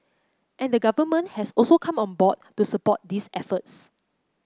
and the Government has also come on board to support these efforts